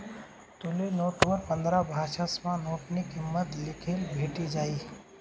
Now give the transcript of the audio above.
तुले नोटवर पंधरा भाषासमा नोटनी किंमत लिखेल भेटी जायी